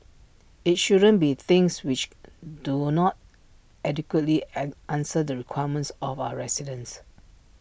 IT shouldn't be things which do not adequately an answer the requirements of our residents